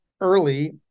early